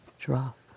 drop